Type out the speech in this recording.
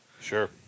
Sure